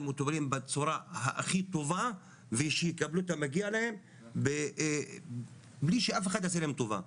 מטופלים בצורה הכי טובה ושיקבלו את המגיע להם בלי שאף אחד יעשה להם טובה.